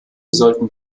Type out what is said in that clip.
sollten